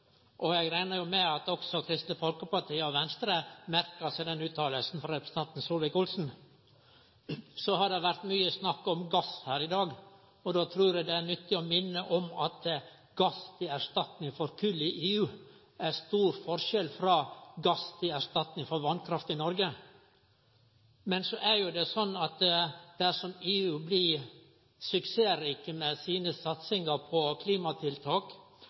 og Vesterålen. Eg reknar med at også Kristeleg Folkeparti og Venstre merka seg den utsegna frå representanten Solvik-Olsen. Så har det vore mykje snakk om gass her i dag. Då trur eg det er nyttig å minne om at det er stor forskjell på gass til erstatning for kol i EU og gass til erstatning for vasskraft i Noreg. Men så er det sånn at dersom EU får suksess med satsinga på klimatiltak,